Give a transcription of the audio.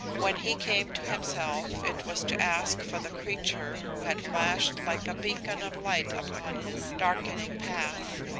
when he came to himself it was to ask for the creature who had flashed like a beacon of light upon his darkening path.